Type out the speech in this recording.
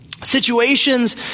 Situations